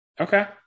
Okay